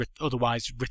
otherwise